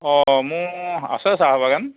অ' মোৰ আছে চাহ বাগান